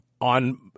on